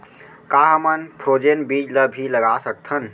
का हमन फ्रोजेन बीज ला भी लगा सकथन?